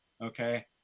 Okay